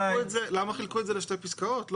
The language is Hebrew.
למה חילקו את זה לשתי פסקאות?